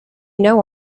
know